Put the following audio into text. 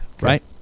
right